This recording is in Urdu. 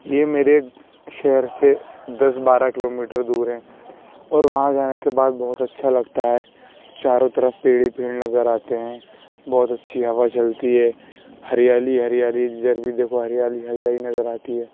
یہ میرے شہر سے دس بارہ کلو میٹر دور ہیں اور وہاں جانے کے بعد بہت اچھا لگتا ہے چاروں طرف پیڑ ہی پیڑ نظر آتے ہیں بہت اچھی ہوا چلتی ہے ہریالی ہریالی جدھر بھی دیکھو ہریالی ہریالی نظر آتی ہے